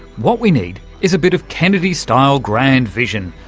what we need is a bit of kennedy-style grand vision,